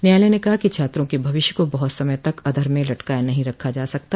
न्यायालय ने कहा कि छात्रों के भविष्य को बहुत समय तक अधर में लटकाए नहीं रखा जा सकता